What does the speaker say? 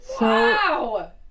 Wow